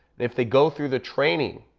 if they go through the training,